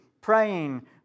praying